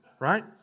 Right